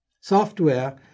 Software